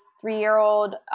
three-year-old